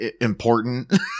important